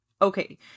Okay